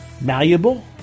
malleable